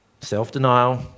self-denial